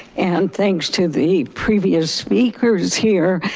and thanks to the previous speakers here,